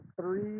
three